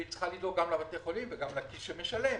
והיא צריכה לדאוג גם לבתי החולים וגם לכיס שמשלם,